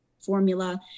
formula